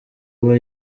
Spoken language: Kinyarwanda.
aba